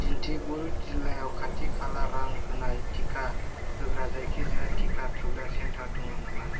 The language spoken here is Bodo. दिन्दिगुल जिल्लायाव खाथि खाला रां होनाय टिका होग्रा जायखिजाया टिका थुग्रा सेन्टार दङ नामा